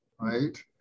right